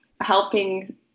helping